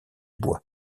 bois